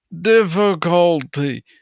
difficulty